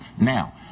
now